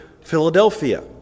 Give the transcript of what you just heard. Philadelphia